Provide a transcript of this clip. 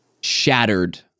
Shattered